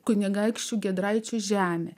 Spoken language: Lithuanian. kunigaikščių giedraičių žemė